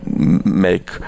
make